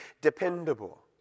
dependable